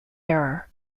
era